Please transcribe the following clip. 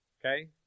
okay